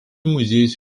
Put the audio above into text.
muziejus